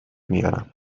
میارم